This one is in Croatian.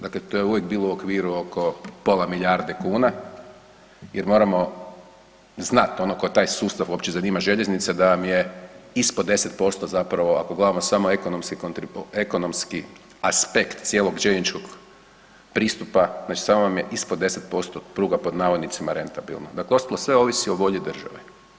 Dakle to je uvijek bilo u okviru oko pola milijarde kuna, jer moramo znat onog tko taj sustav uopće zanima željeznica, da vam je ispod 10% zapravo ako gledamo samo ekonomski aspekt cijelog željezničkog pristupa, znači samo vam je ispod 10% pruga „rentabilno“, dakle ostalo sve ovisi o volji države.